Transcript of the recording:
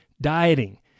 dieting